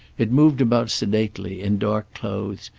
it moved about sedately, in dark clothes,